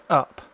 up